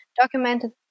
documented